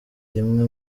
rimwe